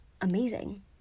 amazing